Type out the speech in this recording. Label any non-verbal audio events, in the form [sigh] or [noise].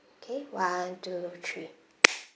okay one two three [noise]